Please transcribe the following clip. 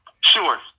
Sure